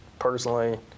personally